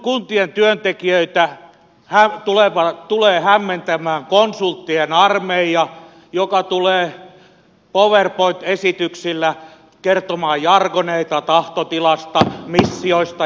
kuntien työntekijöitä tulee hämmentämään konsulttien armeija joka tulee powerpoint esityksillä kertomaan jargoneita tahtotilasta missioista ja visioista